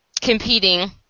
competing